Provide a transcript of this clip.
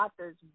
author's